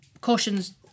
cautions